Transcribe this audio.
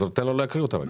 אז תן לו להקריא אותה רגע.